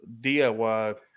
DIY